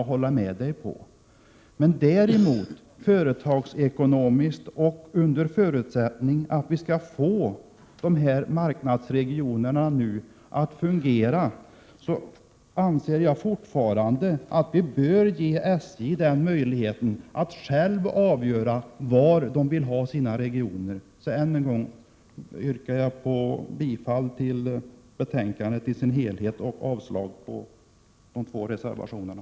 Om man däremot ser det företagsekonomiskt och tar hänsyn till att man skall få de här marknadsregionerna att fungera anser jag fortfarande att vi bör ge SJ möjligheten att avgöra var man vill ha sina regioner. Jag yrkar än en gång bifall till utskottets hemställan i dess helhet och avslag på reservationerna.